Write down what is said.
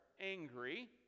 angry